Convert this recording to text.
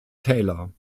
taylor